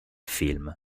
film